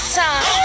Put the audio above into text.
time